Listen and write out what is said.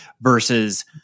versus